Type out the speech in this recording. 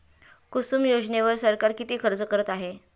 कुसुम योजनेवर सरकार किती खर्च करत आहे?